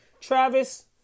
Travis